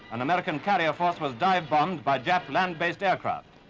an american carrier force was dive bombed by jap land-based aircraft.